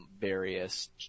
various